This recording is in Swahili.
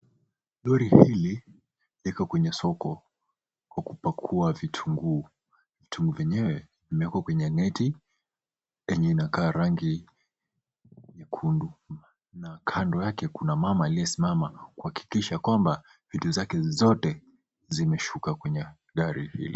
Lori hili liko kwenye soko kwa kupakua vitunguu. Vitunguu vyenyewe vimewekwa kwenye neti yenye inakaa rangi nyekundu na kando yake kuna mama aliyesimama kuhakikisha kwamba vitu zake zote zimeshuka kwenye gari hili.